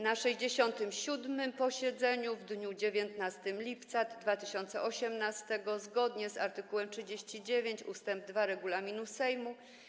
Na 67. posiedzeniu w dniu 19 lipca 2018 r., zgodnie z art. 39 ust. 2 regulaminu Sejmu,